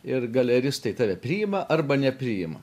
ir galerijos tai tave priima arba nepriima